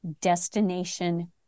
destination